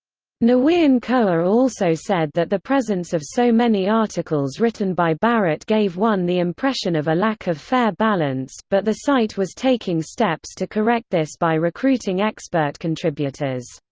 nguyen-khoa also said that the presence of so many articles written by barrett gave one the impression of a lack of fair balance, but the site was taking steps to correct this by recruiting expert contributors.